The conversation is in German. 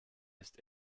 ist